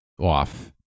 off